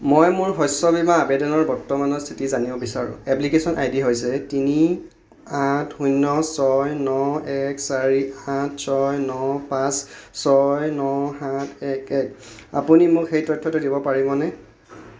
মই মোৰ শস্য বীমা আবেদনৰ বৰ্তমানৰ স্থিতি জানিব বিচাৰোঁ এপ্লিকেচন আই ডিটো হৈছে তিনি আঠ শূন্য ছয় ন এক চাৰি আঠ ছয় ন পাঁচ ছয় ন সাত এক এক আপুনি মোক সেই তথ্যটো দিব পাৰিবনে